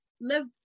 live